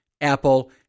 Apple